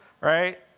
right